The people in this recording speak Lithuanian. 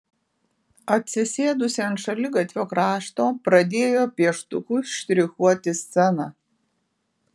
atsisėdusi ant šaligatvio krašto pradėjo pieštuku štrichuoti sceną